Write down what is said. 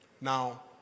Now